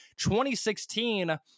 2016